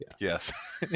Yes